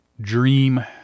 dream